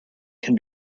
can